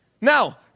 Now